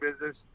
business